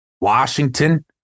Washington